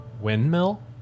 windmill